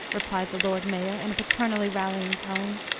replied the lord mayor, in a paternally rallying tone.